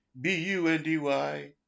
B-U-N-D-Y